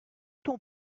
ton